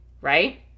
right